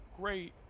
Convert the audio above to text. great